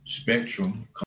Spectrum